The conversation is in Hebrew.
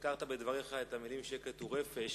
הזכרת בדבריך את המלים "שקט הוא רפש".